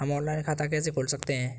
हम ऑनलाइन खाता कैसे खोल सकते हैं?